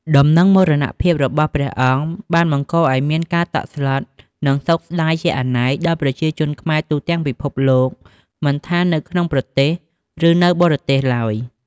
ដំណឹងមរណភាពរបស់ព្រះអង្គបានបង្កឱ្យមានការតក់ស្លុត និងសោកស្ដាយជាអនេកដល់ប្រជាជនខ្មែរទូទាំងពិភពលោក មិនថានៅក្នុងប្រទេស ឬនៅបរទេសឡើយ។